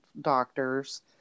doctors